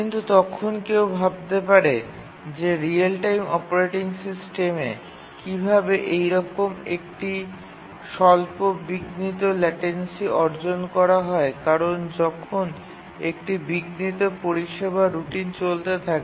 কিন্তু তখন কেউ ভাবতে পারে যে রিয়েল টাইম অপারেটিং সিস্টেমে কীভাবে এইরকম একটি স্বল্প বিঘ্নিত ল্যাটেন্সী অর্জন করা হয় কারণ যখন একটি বিঘ্নিত পরিষেবার রুটিন চলতে থাকে